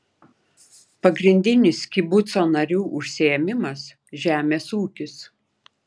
pagrindinis kibuco narių užsiėmimas žemės ūkis